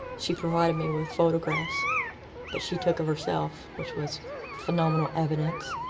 she provided me with photographs that she took of herself, which was phenomenal evidence.